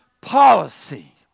policy